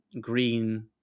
green